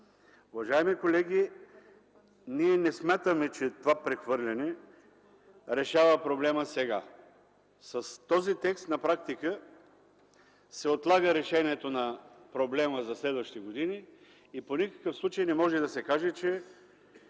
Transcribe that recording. Уважаеми колеги, ние не смятаме, че това прехвърляне решава проблема сега. С този текст на практика се отлага решението на проблема за следващите години и по никакъв случай не може да се каже, че